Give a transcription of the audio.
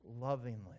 lovingly